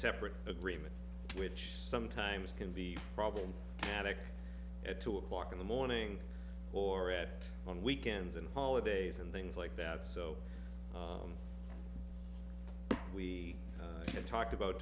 separate agreement which sometimes can be problem attic at two o'clock in the morning or at on weekends and holidays and things like that so we had talked about